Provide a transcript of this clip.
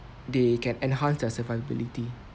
they can enhance their survivability